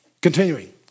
Continuing